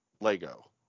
Lego